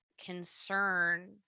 concern